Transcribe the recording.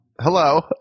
Hello